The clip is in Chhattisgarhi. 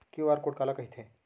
क्यू.आर कोड काला कहिथे?